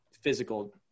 physical